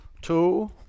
two